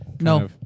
No